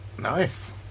Nice